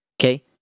okay